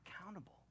accountable